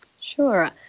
Sure